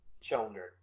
Children